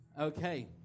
Okay